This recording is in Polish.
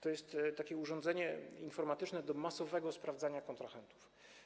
To jest takie urządzenie informatyczne służące do masowego sprawdzania kontrahentów.